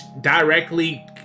directly